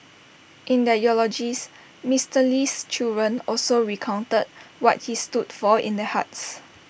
in their eulogies Mister Lee's children also recounted what he stood for in their hearts